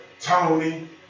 Tony